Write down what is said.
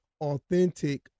authentic